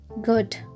Good